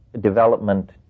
development